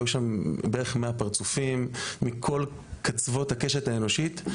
היו בערך כ-100 פרצופים מכל קצוות הקשת האנושית,